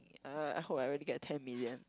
uh I hope I really get ten million